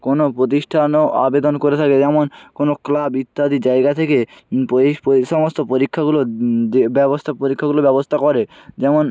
কোনো প্রতিষ্ঠানও আবেদন করে থাকে যেমন কোনো ক্লাব ইত্যাদি জায়গা থেকে এই সমস্ত পরীক্ষাগুলো ব্যবস্থা পরীক্ষাগুলো ব্যবস্তা করে যেমন